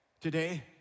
today